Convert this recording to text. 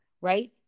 right